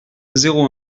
zéro